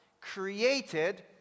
created